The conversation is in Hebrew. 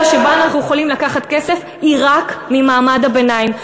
שבה אנחנו יכולים לקחת כסף היא רק ממעמד הביניים.